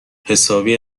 حسابی